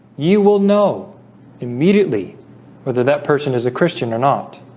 you will know immediately whether that person is a christian or not